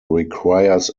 requires